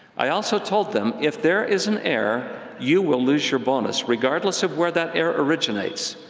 i also told them, if there is an error, you will lose your bonus, regardless of where that error originates.